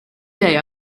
day